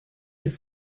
des